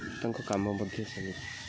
ତାଙ୍କ କାମ ମଧ୍ୟ ସେମିତି